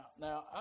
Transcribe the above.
now